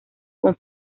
con